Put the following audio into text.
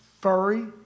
furry